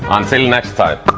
until next time!